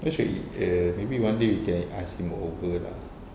err maybe one day we can ask him over lah